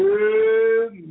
Good